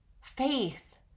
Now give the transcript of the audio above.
Faith